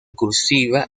cursiva